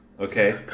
Okay